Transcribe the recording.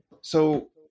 So-